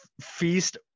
feast